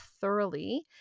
thoroughly